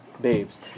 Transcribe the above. babes